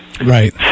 Right